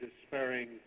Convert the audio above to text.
despairing